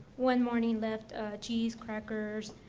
one morning left cheese crackers,